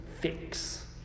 fix